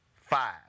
Five